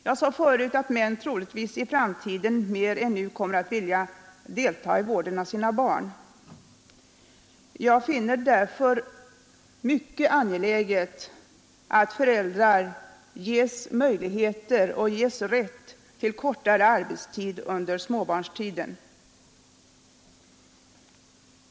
Jag sade att männen troligtvis i framtiden mer än nu kommer att vilja delta i vården av sina barn, och därför finner jag det vara mycket angeläget att föräldrar ges möjligheter och rätt till kortare arbetstid under den tid då barnen är små.